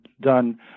done